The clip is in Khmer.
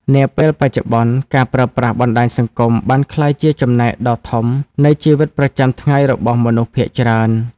នាពេលបច្ចុប្បន្ន ការប្រើប្រាស់បណ្ដាញសង្គម បានក្លាយជាចំណែកដ៏ធំនៃជីវិតប្រចាំថ្ងៃរបស់មនុស្សភាគច្រើន។